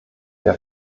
der